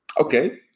Okay